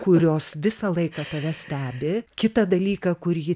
kurios visą laiką tave stebi kitą dalyką kur ji